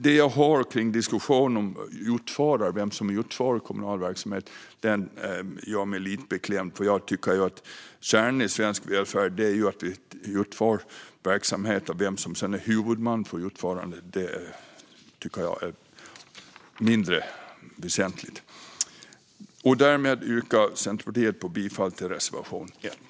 Det jag hör i diskussionen om vem som utför kommunal verksamhet gör mig lite beklämd. Jag tycker att kärnan i svensk välfärd är att vi utför verksamheter. Vem som sedan är huvudman för utförandet tycker jag är mindre väsentligt. Därmed yrkar Centerpartiet bifall till reservation 1.